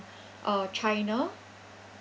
uh china